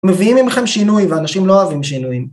מביאים ממכם שינוי ואנשים לא אוהבים שינויים.